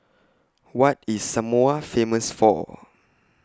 What IS Samoa Famous For